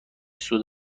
سود